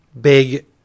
Big